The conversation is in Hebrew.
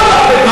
לא.